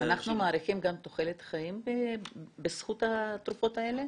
אנחנו מאריכים גם את תוחלת החיים בזכות התרופות האלה?